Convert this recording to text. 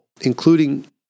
including